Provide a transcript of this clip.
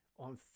On